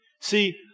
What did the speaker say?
See